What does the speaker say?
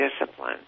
discipline